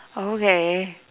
okay